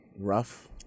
rough